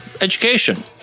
education